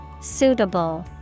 Suitable